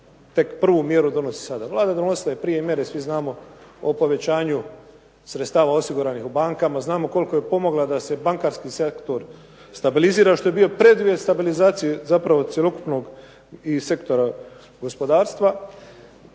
tek prvu mjeru donosi sada. Vlada je donosila i prije mjere. Svi znamo o povećanju sredstava osiguranih u bankama. Znamo koliko je pomogla da se bankarski sektor stabilizira što je bio preduvjet stabilizacije zapravo cjelokupnog i sektora gospodarstva.